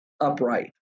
upright